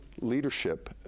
leadership